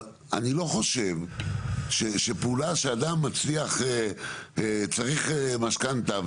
אני לא חושב שפעולה שאדם מצליח צריך משכנתא,